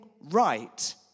right